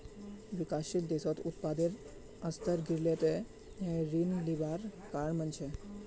विकासशील देशत उत्पादेर स्तर गिरले त ऋण लिबार कारण बन छेक